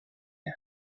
yet